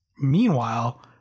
Meanwhile